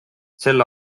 sel